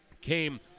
came